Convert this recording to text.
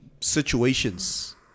situations